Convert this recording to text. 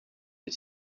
des